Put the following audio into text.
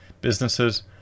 businesses